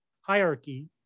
hierarchy